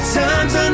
times